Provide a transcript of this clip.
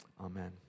amen